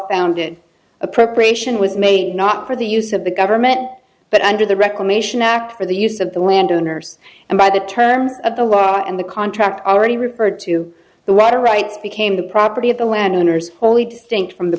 founded a preparation was made not for the use of the government but under the reclamation act for the use of the landowners and by the terms of the law and the contract already referred to the rider rights became the property of the land owners only distinct from the